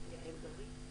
זה היה טוב.